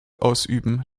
ausüben